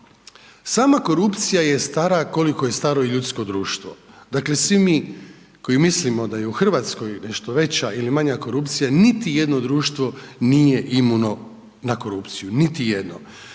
Sama korupcija je stara koliko je staro i ljudsko društvo. Svi mi koji mislimo da je u Hrvatskoj nešto veća ili manja korupcija, niti jedno društvo nije Imunološki zavod na korupciju, niti jedno.